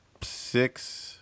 six